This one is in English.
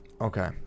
Okay